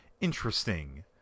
Interesting